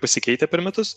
pasikeitę per metus